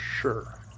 Sure